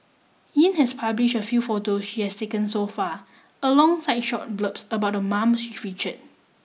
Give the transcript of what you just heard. Yin has publish a few photo she has taken so far alongside short blurbs about the moms she featured